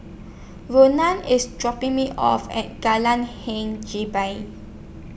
Rona IS dropping Me off At Hing Jebat